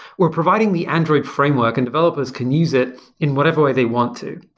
we're providing the android framework and developers can use it in whatever way they want to.